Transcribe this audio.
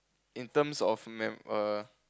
in terms of mem~ err